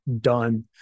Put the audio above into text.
done